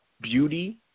beauty